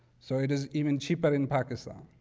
so it is even cheaper in pakistan.